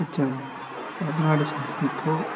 వచ్చాము పాత నాటి స్నేహితులతో